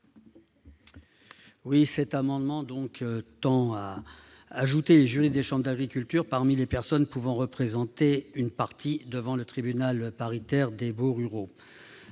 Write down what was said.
? Cet amendement tend à inclure les juristes des chambres d'agriculture dans la liste des personnes pouvant représenter une partie devant le tribunal paritaire des baux ruraux.